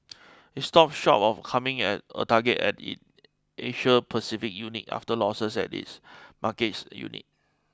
it stopped short of confirming a target at its Asia Pacific unit after losses at its markets unit